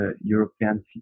European